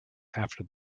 after